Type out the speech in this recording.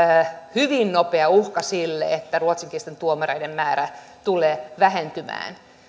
hyvin nopea uhka sille että ruotsinkielisten tuomareiden määrä tulee vähentymään